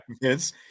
Yes